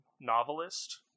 novelist